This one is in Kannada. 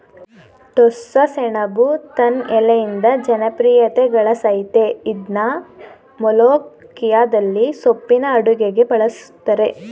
ಟೋಸ್ಸಸೆಣಬು ತನ್ ಎಲೆಯಿಂದ ಜನಪ್ರಿಯತೆಗಳಸಯ್ತೇ ಇದ್ನ ಮೊಲೋಖಿಯದಲ್ಲಿ ಸೊಪ್ಪಿನ ಅಡುಗೆಗೆ ಬಳುಸ್ತರೆ